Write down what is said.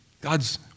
God's